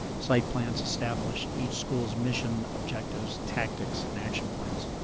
site plans establish each school's mission, objectives, tactics, and action plans.